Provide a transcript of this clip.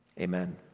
Amen